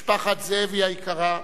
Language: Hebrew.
משפחת זאבי היקרה,